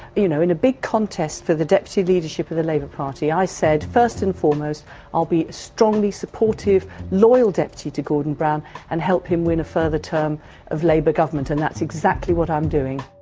you know in a big contest for the deputy leadership of the labour party, i said first and foremost i'll be a strongly supportive, loyal deputy to gordon brown and help him win a further term of labour government, and that's exactly what i'm doing.